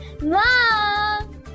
Mom